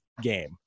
game